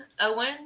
Owen